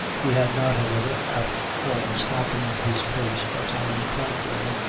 he had not, however, at all slackened his pace, but, on the contrary,